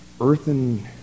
earthen